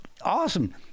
awesome